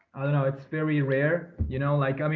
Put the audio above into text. i don't know. it's very rare, you know, like, i mean,